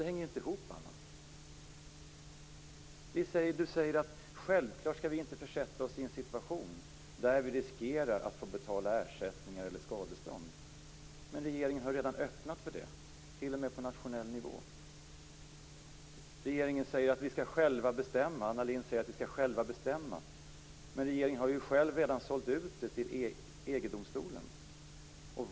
Det hänger inte ihop, Anna Lindh säger att vi självklart inte skall försätta oss i en situation där vi riskerar att få betala ersättning eller skadestånd. Men regeringen har redan öppnat för det, t.o.m. på nationell nivå. Anna Lindh säger att vi skall själva bestämma. Men regeringen har redan själv sålt ur detta till EG-domstolen.